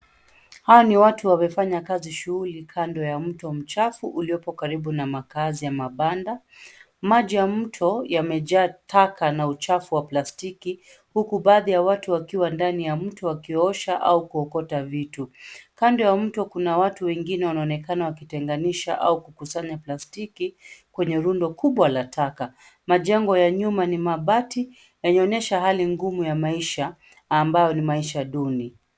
Hawa ni watu wamefanya kazi shughuli kando ya mto mchafu uliopo karibu na makaazi ya mabanda. Maji ya mto yamejaa taka na uchafu wa plastiki huku baadhi ya watu wakiwa ndani ya mto wakiosha au kuokota vitu. Kando ya mto kuna watu wengine wanaonekana wakitenganisha au kukusanya plastiki kwenye rundo kubwa la taka. Majengo ya nyuma ni mabati yanaonyesha hali ngumu ya maisha ambayo ni maisha duni.